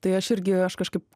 tai aš irgi aš kažkaip